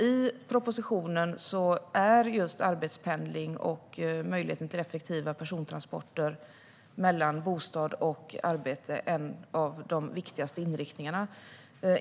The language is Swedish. I propositionen är just arbetspendling och möjligheten till effektiva persontransporter mellan bostad och arbete en av de viktigaste inriktningarna.